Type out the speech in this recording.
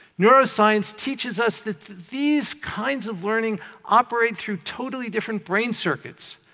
neuroscience teaches us that these kinds of learning operate through totally different brain circuits.